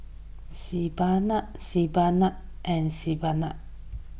Sebamed Sebamed and Sebamed